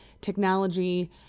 Technology